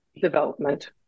development